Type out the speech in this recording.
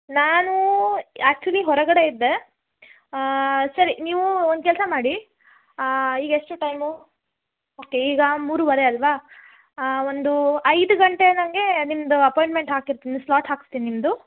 ನಾನು ಆಕ್ಚುಲಿ ಹೊರಗಡೆ ಇದ್ದೆ ಸರಿ ನೀವು ಒಂದು ಕೆಲಸ ಮಾಡಿ ಈಗ ಎಷ್ಟು ಟೈಮು ಓಕೆ ಈಗ ಮೂರೂವರೆ ಅಲ್ಲವಾ ಒಂದು ಐದು ಗಂಟೆ ಅನ್ನೋಂಗೆ ನಿಮ್ಮದು ಅಪಾಯ್ನ್ಮೆಂಟ್ ಹಾಕಿರ್ತೀನಿ ಸ್ಲಾಟ್ ಹಾಕ್ಸ್ತಿನಿ ನಿಮ್ಮದು